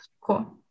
Cool